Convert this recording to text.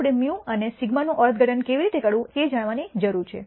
આપણે μ અને σ નું અર્થઘટન કેવી રીતે કરવું તે જાણવાની જરૂર છે